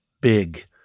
BIG